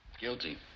Guilty